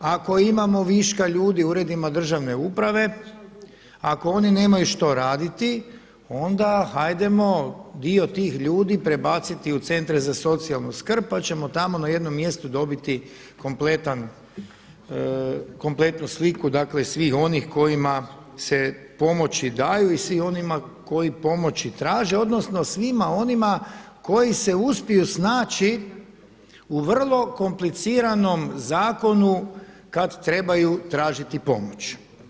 Ako imamo viška ljudi u uredima državne uprave, ako oni nemaju što raditi onda hajdemo dio tih ljudi prebaciti u centre za socijalnu skrb pa ćemo tamo na jednom mjestu dobiti kompletnu sliku svih onih kojima se pomoći daju i svima onima koji pomoć traže odnosno svima onima koji se uspiju snaći u vrlo kompliciranom zakonu kada trebaju tražiti pomoć.